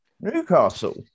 Newcastle